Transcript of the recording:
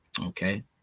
okay